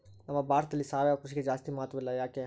ನಮ್ಮ ಭಾರತದಲ್ಲಿ ಸಾವಯವ ಕೃಷಿಗೆ ಜಾಸ್ತಿ ಮಹತ್ವ ಇಲ್ಲ ಯಾಕೆ?